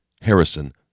Harrison